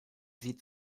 sie